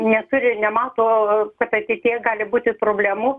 neturi ir nemato kad ateityje gali būti problemų